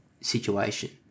situation